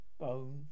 bone